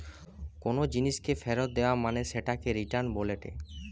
কোনো জিনিসকে ফেরত দেয়া মানে সেটাকে রিটার্ন বলেটে